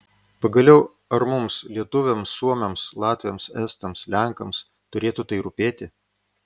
pagaliau ar mums lietuviams suomiams latviams estams lenkams turėtų tai rūpėti